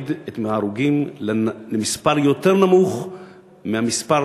להוריד את מספר ההרוגים למספר יותר נמוך מ-50%